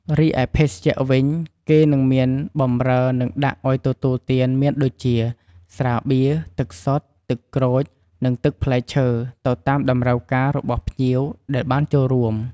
រីឯ ភេសជ្ជៈ វិញគេនិងមានបម្រើ និងដាក់អោយទទួលទានមានដូចជា ស្រាបៀរ ទឹកសុទ្ធ ទឹកក្រូច និងទឹកផ្លែឈើ ទៅតាមតម្រូវការរបស់ភ្ញៀវដែលបានចូលរួម។